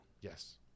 Yes